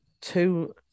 two